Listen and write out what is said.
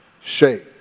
shape